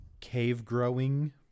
cave-growing